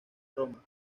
roma